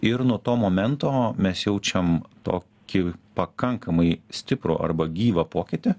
ir nuo to momento mes jaučiam tokį pakankamai stiprų arba gyvą pokytį